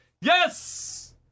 Yes